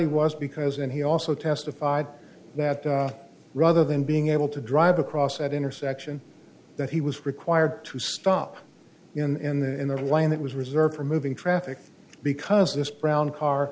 he was because and he also testified that rather than being able to drive across at intersection that he was required to stop in the lane that was reserved for moving traffic because this brown car